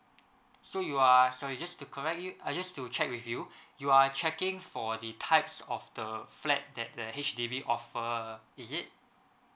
so you are sorry just to correct it I just to check with you you are checking for the types of the flat that the H_D_B offer is it